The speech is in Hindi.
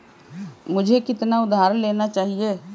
मुझे कितना उधार लेना चाहिए?